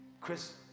Chris